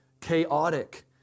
chaotic